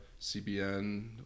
CBN